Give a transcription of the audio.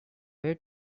way